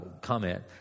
comment